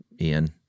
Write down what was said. Ian